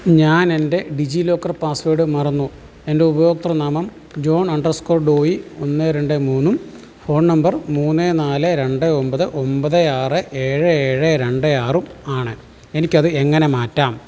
ഞാൻ എന്റെ DigiLocker password മറന്നു എന്റെ ഉപഭോക്തൃനാമം ജോൺ അണ്ടർസ്കോർ ഡോയി ഒന്ന് രണ്ട് മൂന്നും ഫോൺ നമ്പർ മൂന്ന് നാല് രണ്ട് ഒമ്പത് ഒമ്പത് ആറ് ഏഴ് ഏഴ് രണ്ട് ആറും ആണ് എനിക്ക് അത് എങ്ങനെ മാറ്റാം